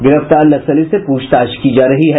गिरफ्तार नक्सली से पूछताछ की जा रही है